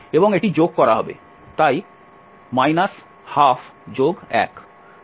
এবং এটি যোগ করা হবে তাই 121